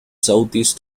southeast